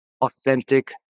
authentic